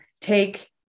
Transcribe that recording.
take